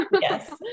Yes